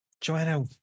Joanna